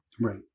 Right